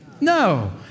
No